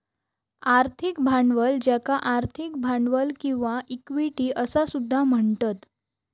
आर्थिक भांडवल ज्याका आर्थिक भांडवल किंवा इक्विटी असा सुद्धा म्हणतत